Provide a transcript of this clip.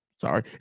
Sorry